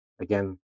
again